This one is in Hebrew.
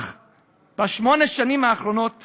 בשמונה השנים האחרונות